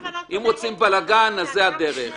אם רוצים בלגן, זאת הדרך.